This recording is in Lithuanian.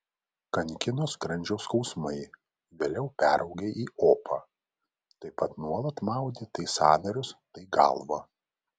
kankino skrandžio skausmai vėliau peraugę į opą taip pat nuolat maudė tai sąnarius tai galvą